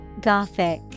Gothic